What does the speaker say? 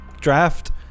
draft